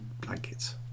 blankets